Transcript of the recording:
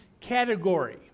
category